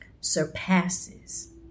surpasses